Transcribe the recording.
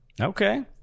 Okay